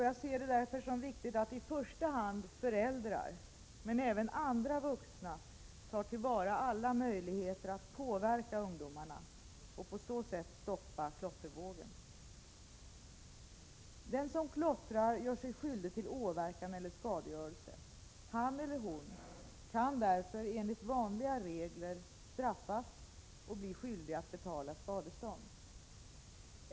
Jag ser det därför som viktigt att i första hand föräldrar men även andra vuxna tar till vara alla möjligheter att påverka ungdomarna och på så sätt stoppa klottervågen. Den som klottrar gör sig skyldig till åverkan eller skadegörelse. Han eller hon kan därför enligt vanliga regler straffas och bli skyldig att betala skadestånd.